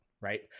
right